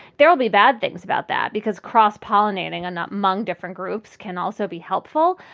there will be bad things about that because cross pollinating are not among different groups can also be helpful.